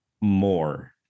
more